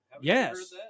Yes